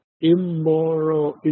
immoral